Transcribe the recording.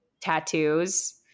tattoos